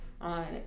on